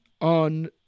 on